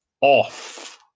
off